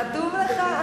חתום לך?